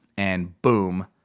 and boom,